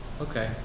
Okay